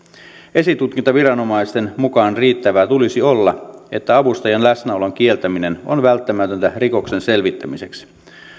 esitutkintaviranomaisten mukaan riittävää tulisi olla että avustajan läsnäolon kieltäminen on välttämätöntä rikoksen selvittämiseksi